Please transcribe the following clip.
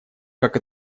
как